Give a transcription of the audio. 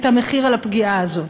את המחיר של הפגיעה הזאת.